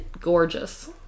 gorgeous